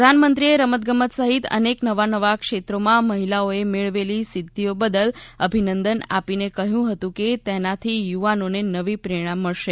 પ્રધાનમંત્રીએ રમતગમત સહિત અનેક નવાં નવાં ક્ષેત્રોમાં મહિલાઓએ મેળવેલી સિધ્ધીઓ બદલ અભિનંદન આપીને કહ્યું હતું કે તેનાથી યુવાનોને નવી પ્રેરણા મળશે